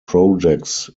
projects